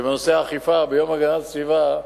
שבנושא האכיפה, ביום הגנת הסביבה,